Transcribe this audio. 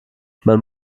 man